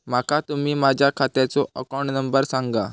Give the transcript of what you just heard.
माका तुम्ही माझ्या खात्याचो अकाउंट नंबर सांगा?